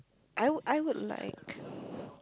I would I would like